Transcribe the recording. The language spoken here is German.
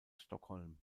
stockholm